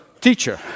teacher